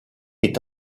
est